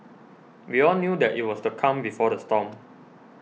we all knew that it was the calm before the storm